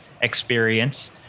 experience